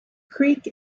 creek